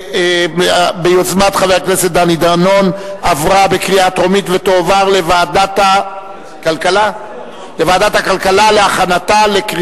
התש"ע 2009, לדיון מוקדם בוועדת הכלכלה נתקבלה.